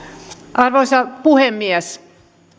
arvoisa puhemies